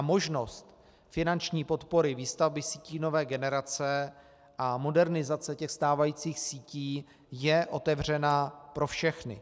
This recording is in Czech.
Možnost finanční podpory výstavby sítí nové generace a modernizace stávajících sítí je otevřená pro všechny.